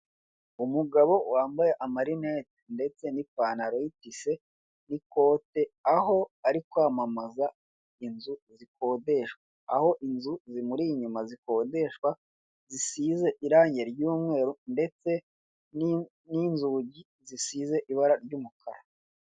Umugabo wambaye amarinete ndetse n'ipantaro y'itise n'ikote, aho ari kwamamaza inzu zikodeshwa, aho inzu zimuririye inyuma zikodeshwa, zisize irangi ry'umweru ndetse n'inzugi zisize ibara ry'umukara.